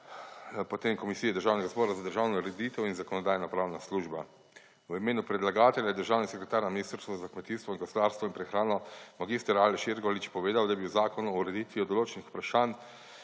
Komisija Državnega sveta za državno ureditev in Zakonodajno-pravna služba. V imenu predlagatelja je državni sekretar na Ministrstvu za kmetijstvo, gozdarstvo in prehrano mag. Aleš Irgolič povedal, je bil Zakon o ureditvi določenih vprašanj